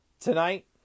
tonight